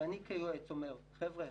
כשאני כיועץ אומר: חבר'ה,